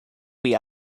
wee